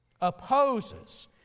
Opposes